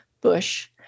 Bush